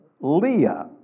Leah